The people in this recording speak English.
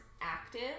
active